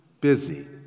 busy